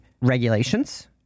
regulations